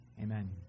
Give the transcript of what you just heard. Amen